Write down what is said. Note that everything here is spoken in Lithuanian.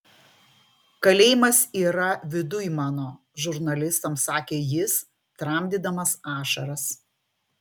kalėjimas yra viduj mano žurnalistams sakė jis tramdydamas ašaras